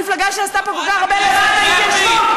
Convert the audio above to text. למפלגה שעשתה פה כל כך הרבה למען ההתיישבות.